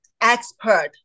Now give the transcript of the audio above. expert